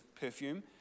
perfume